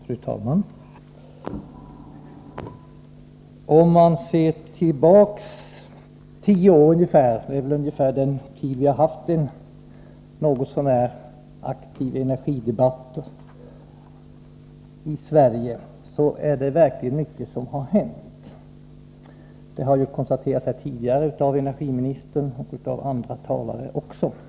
Fru talman! Om man ser tillbaks ungefär tio år, dvs. över den tid då vi har haft en något så när aktiv energidebatt i Sverige, finner man att det verkligen har hänt mycket. Det har ju konstaterats här tidigare av energiministern och även av andra talare. Om vit.ex.